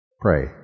pray